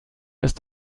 ist